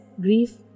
grief